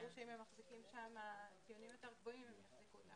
ברור שאם הם מחזיקים שם ציונים יותר גבוהים הם יחזיקו גם